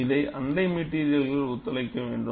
இதை அண்டை மெட்டீரியல்கள் ஒத்துளைக்க வேண்டும்